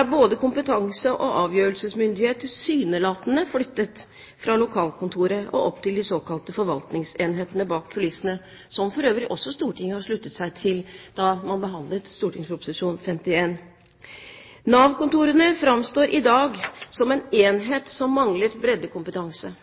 er både kompetanse og avgjørelsesmyndighet tilsynelatende flyttet fra lokalkontoret og opp til de såkalte forvaltningsenhetene bak kulissene, som for øvrig også Stortinget sluttet seg til da man behandlet St.prp. nr. 51. Nav-kontorene framstår i dag som en enhet som mangler breddekompetanse.